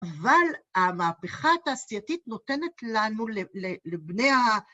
‫אבל המהפכה התעשייתית ‫נותנת לנו לבני ה...